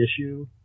issue